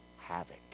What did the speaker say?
havoc